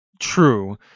True